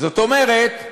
זאת אומרת,